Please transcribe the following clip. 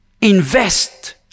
Invest